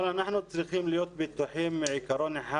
אנחנו צריכים להיות בטוחים בעיקרון אחד